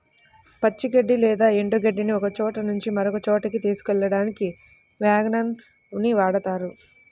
పచ్చి గడ్డి లేదా ఎండు గడ్డిని ఒకచోట నుంచి మరొక చోటుకి తీసుకెళ్ళడానికి వ్యాగన్ ని వాడుతారు